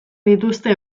dituzte